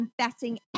confessing